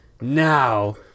now